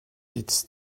its